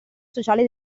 sociale